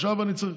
עכשיו אני צריך,